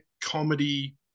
comedy